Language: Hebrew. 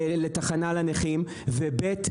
לתחנה לנכים, ו-ב'.